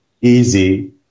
easy